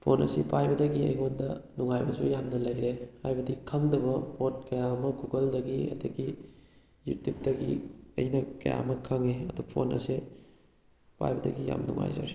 phone ꯑꯁꯤ ꯄꯥꯏꯕꯗꯒꯤ ꯑꯩꯉꯣꯟꯗ ꯅꯨꯡꯉꯥꯏꯕꯁꯨ ꯌꯥꯝꯅ ꯂꯩꯔꯦ ꯍꯥꯏꯕꯗꯤ ꯈꯪꯗꯕ ꯄꯣꯠ ꯀꯌꯥ ꯑꯃ ꯒꯨꯒꯜꯗꯒꯤ ꯑꯗꯒꯤ ꯌꯨꯇ꯭ꯌꯨꯕꯇꯒꯤ ꯑꯩꯅ ꯀꯌꯥ ꯑꯃ ꯈꯪꯉꯦ ꯑꯗꯨ ꯐꯣꯟ ꯑꯁꯦ ꯄꯥꯏꯕꯗꯒꯤ ꯌꯥꯝ ꯅꯨꯡꯉꯥꯏꯖꯔꯦ